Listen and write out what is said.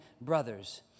brothers